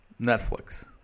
Netflix